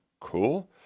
cool